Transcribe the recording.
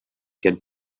get